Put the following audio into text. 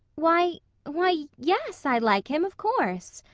why why yes, i like him, of course,